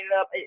up